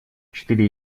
четыре